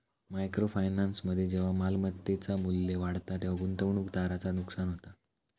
micro फायनान्समध्ये जेव्हा मालमत्तेचा मू्ल्य वाढता तेव्हा गुंतवणूकदाराचा नुकसान होता